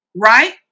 Right